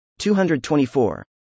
224